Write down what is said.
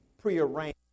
prearranged